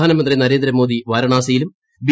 പ്രധാനമന്ത്രി നരേന്ദ്രമോദി വാരാണസിയിലും ബി